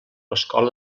escola